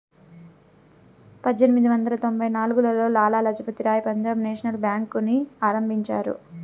పజ్జేనిమిది వందల తొంభై నాల్గులో లాల లజపతి రాయ్ పంజాబ్ నేషనల్ బేంకుని ఆరంభించారు